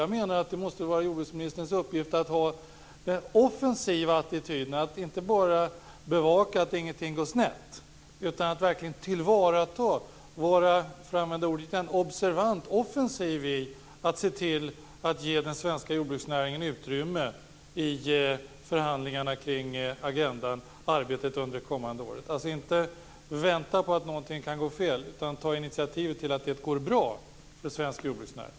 Jag menar att det måste vara jordbruksministerns uppgift att ha en offensiv attityd i stället för att bara bevaka att ingenting går snett. Hon måste vara observant, om jag får använda ordet igen, och offensiv när det gäller att se till att ge den svenska jordbruksnäringen utrymme i förhandlingarna kring agendan under det kommande året. Hon skall inte vänta på att någonting går fel utan ta sådana initiativ att det går bra för svensk jordbruksnäring.